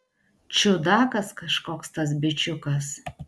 čiudakas kažkoks tas bičiukas